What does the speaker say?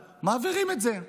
מעבירים את זה.